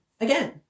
again